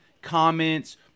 comments